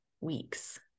weeks